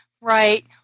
Right